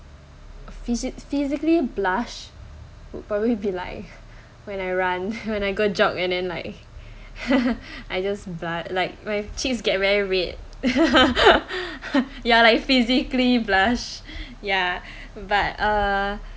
physic~ physically blushed would probably be like when I run when I go jog and then like I just like blus~ like my cheeks get very red ya like physically blush ya but uh